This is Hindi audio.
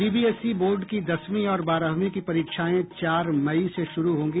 सीबीएसई बोर्ड की दसवीं और बारहवीं की परीक्षाएं चार मई से शुरू होंगी